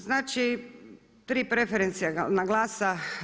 Znači tri preferencijalna glasa.